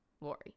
Lori